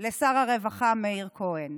לשר הרווחה מאיר כהן.